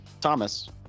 Thomas